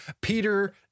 peter